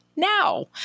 now